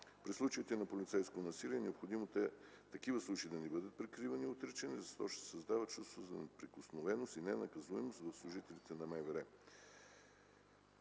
При случаите на полицейско насилие е необходимо те да не бъдат прикривани и отричани, защото се създава чувството за неприкосновеност и ненаказуемост в служителите на МВР,